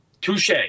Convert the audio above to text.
Touche